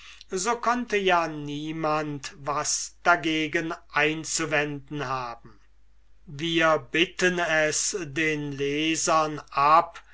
so konnte ja niemand was dagegen einzuwenden haben wir bittens den lesern ab